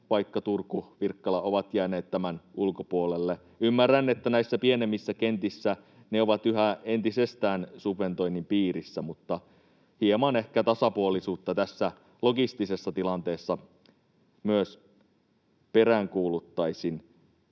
vaikka Turku ja Pirkkala ovat jääneet tämän ulkopuolelle. Ymmärrän, että nämä pienemmät kentät ovat ennestään yhä subventoinnin piirissä, mutta hieman ehkä tasapuolisuutta tässä logistisessa tilanteessa myös peräänkuuluttaisin.